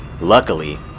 Luckily